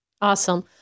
awesome